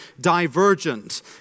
divergent